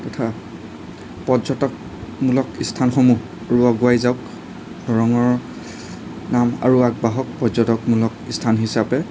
তথা পৰ্যটকমূলক ইস্থানসমূহ আৰু আগুৱাই যাওক দৰঙৰ নাম আৰু আগবঢ়াক পৰ্যটকমূলক ইস্থান হিচাপে